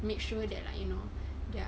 make sure that lah you know ya